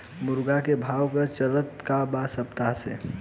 मुर्गा के भाव का चलत बा एक सप्ताह से?